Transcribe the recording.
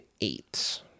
eight